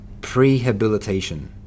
Prehabilitation